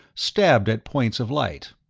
stabbed at points of light.